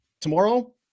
Tomorrow